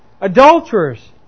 adulterers